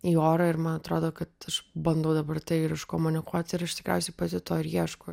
į orą ir man atrodo kad aš bandau dabar tai ir iškomunikuot ir aš tikriausiai pati to ir ieškau